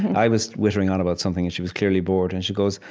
i was wittering on about something, and she was clearly bored, and she goes,